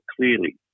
clearly